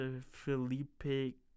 Felipe